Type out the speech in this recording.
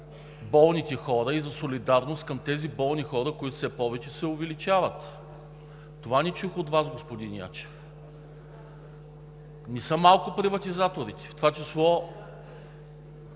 болните хора и за солидарност към тези болни хора, които все повече се увеличават. Това не чух от Вас, господин Ячев. Не са малко приватизаторите, в това число